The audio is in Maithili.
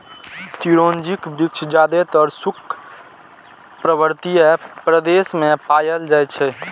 चिरौंजीक वृक्ष जादेतर शुष्क पर्वतीय प्रदेश मे पाएल जाइ छै